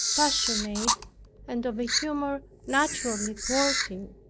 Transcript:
passionate, and of a humor naturally thwarting,